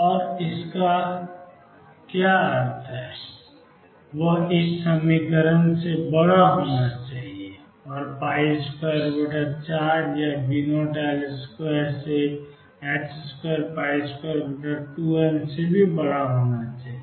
और इसका क्या अर्थ है 2m2 V0L24 से बड़ा होना चाहिए 24 या V0L2 से 222m बड़ा होना चाहिए